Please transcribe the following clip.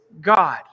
God